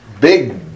big